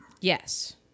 Yes